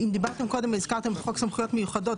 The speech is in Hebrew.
אם דיברתם קודם או הזכרתם את חוק סמכויות מיוחדות,